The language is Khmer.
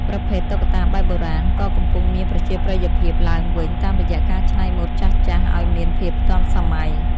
ប្រភេទ តុក្កតាបែបបុរាណ ក៏កំពុងមានប្រជាប្រិយភាពឡើងវិញតាមរយៈការច្នៃម៉ូដចាស់ៗឱ្យមានភាពទាន់សម័យ។